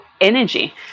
energy